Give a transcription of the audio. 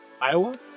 Iowa